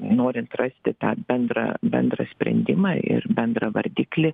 norint rasti tą bendrą bendrą sprendimą ir bendrą vardiklį